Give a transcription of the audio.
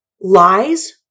lies